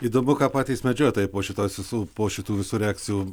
įdomu ką patys medžiotojai po šitos visų po šitų visų reakcijų